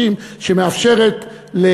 את ההנחה של שלושה חודשים שמאפשרת לצעירי